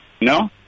no